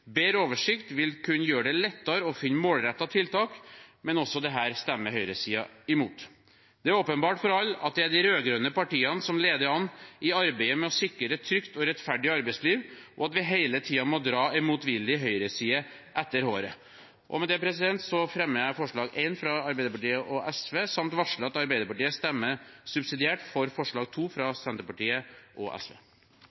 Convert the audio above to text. Bedre oversikt vil kunne gjøre det lettere å finne målrettede tiltak, men også dette stemmer høyresiden imot. Det er åpenbart for alle at det er de rød-grønne partiene som leder an i arbeidet med å sikre et trygt og rettferdig arbeidsliv, og at vi hele tiden må dra en motvillig høyreside etter håret. Med dette fremmer jeg forslag nr. 1, fra Arbeiderpartiet og SV, samt varsler at Arbeiderpartiet stemmer subsidiært for forslag nr. 2, fra